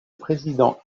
président